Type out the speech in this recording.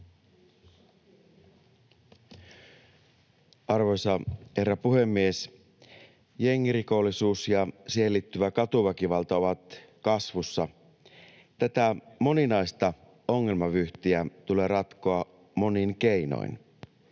Arvoisa herra puhemies! Jengirikollisuus ja siihen liittyvä katuväkivalta ovat kasvussa. Tätä moninaista ongelmavyyhtiä tulee ratkoa monin keinoin.